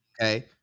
okay